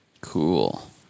cool